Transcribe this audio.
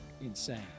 insane